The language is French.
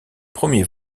premier